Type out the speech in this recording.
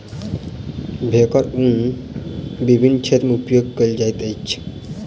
भेड़क ऊन विभिन्न क्षेत्र में उपयोग कयल जाइत अछि